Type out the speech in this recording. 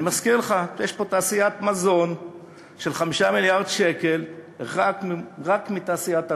אני מזכיר לך שיש פה תעשיית מזון של 5 מיליארד שקל רק מתעשיית הלול.